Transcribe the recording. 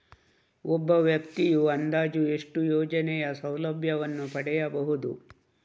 ಒಬ್ಬ ವ್ಯಕ್ತಿಯು ಅಂದಾಜು ಎಷ್ಟು ಯೋಜನೆಯ ಸೌಲಭ್ಯವನ್ನು ಪಡೆಯಬಹುದು?